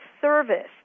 service